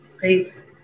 Peace